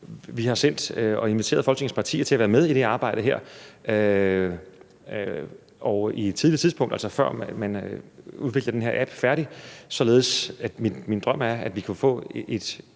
Vi har inviteret Folketingets partier til at være med i det her arbejde på et tidligt tidspunkt, og altså før man har udviklet den her app færdig. Min drøm er, at vi kan få en